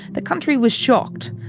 the country was shocked.